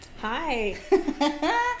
Hi